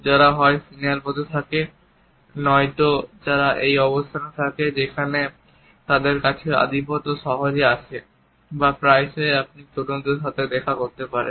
যারা হয় সিনিয়র পদে থাকে নয়তো যারা এমন একটি অবস্থানে থাকে যেখানে তাদের কাছে আধিপত্য সহজেই আসে বা প্রায়শই আপনি তরুণদের সাথে দেখা করতে পারেন